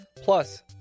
plus